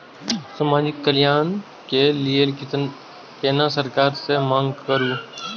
समाजिक कल्याण के लीऐ केना सरकार से मांग करु?